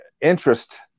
interest